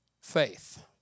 faith